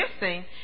missing